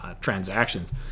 transactions